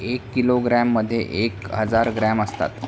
एक किलोग्रॅममध्ये एक हजार ग्रॅम असतात